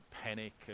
panic